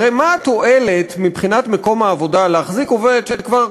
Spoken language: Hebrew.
הרי מה התועלת מבחינת מקום העבודה להחזיק עובד שכבר,